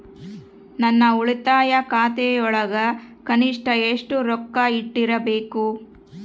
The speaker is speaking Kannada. ನನ್ನ ಉಳಿತಾಯ ಖಾತೆಯೊಳಗ ಕನಿಷ್ಟ ಎಷ್ಟು ರೊಕ್ಕ ಇಟ್ಟಿರಬೇಕು?